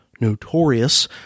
notorious